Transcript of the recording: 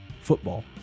football